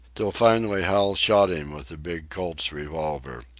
till finally hal shot him with the big colt's revolver.